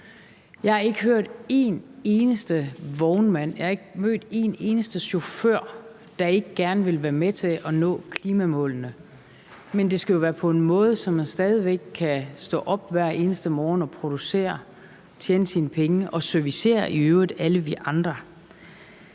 Jeg har ikke mødt en eneste vognmand eller en eneste chauffør, der ikke gerne vil være med til at nå klimamålene, men det skal være på en måde, så man stadig væk kan stå op hver eneste morgen, producere, tjene sine penge og i øvrigt servicere alle os andre.